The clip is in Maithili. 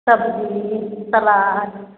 सब्जी सलाद